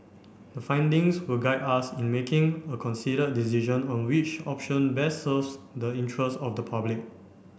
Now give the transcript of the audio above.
the findings will guide us in making a considered decision on which option best serves the interests of the public